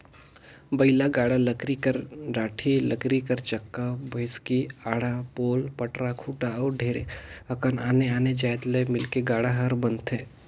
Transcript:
बइला गाड़ा लकरी कर डाड़ी, लकरी कर चक्का, बैसकी, आड़ा, पोल, पटरा, खूटा अउ ढेरे अकन आने आने जाएत ले मिलके गाड़ा हर बनथे